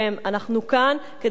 אנחנו כאן כדי לחיות,